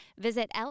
visit